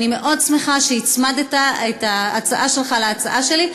ואני מאוד שמחה שהצמדת את ההצעה שלך להצעה שלי.